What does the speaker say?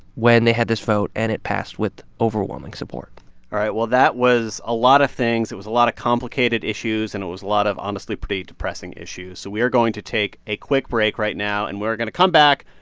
when they had this vote, and it passed with overwhelming support all right. well, that was a lot of things. it was a lot of complicated issues, and it was a lot of honestly pretty depressing issues. so we're going to take a quick break right now, and we're going to come back,